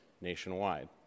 nationwide